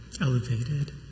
elevated